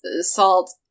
salt